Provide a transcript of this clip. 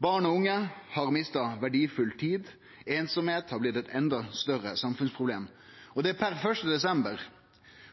Barn og unge har mista verdifull tid. Einsemd har blitt eit enda større samfunnsproblem. Og det er per 1. desember